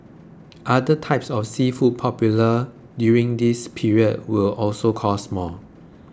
other types of seafood popular during this period will also cost more